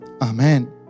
Amen